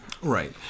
Right